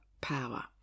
Power